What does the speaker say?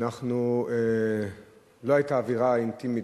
לא היתה אווירה אינטימית,